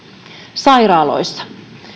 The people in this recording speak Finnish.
sairaaloista